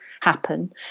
happen